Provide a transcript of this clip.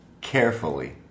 carefully